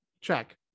check